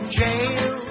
jail